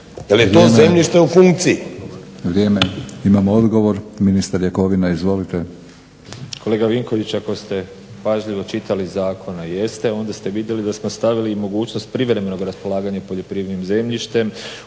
Jer je to zemljište u funkciji.